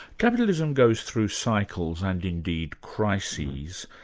capitalism goes through cycles, and indeed crises,